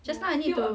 just now I need to